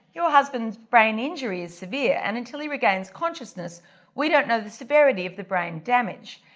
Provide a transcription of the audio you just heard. your husband's brain injury is severe and until he regains consciousness we don't know the severity of the brain damage.